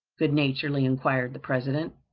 good-naturedly inquired the president.